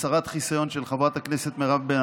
(הסרת חיסיון) של חברת הכנסת מירב בן